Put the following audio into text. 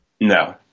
No